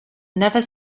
never